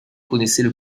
connaissaient